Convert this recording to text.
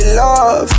love